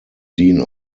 dean